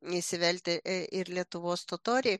neįsivelti ir lietuvos totoriai